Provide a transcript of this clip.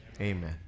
Amen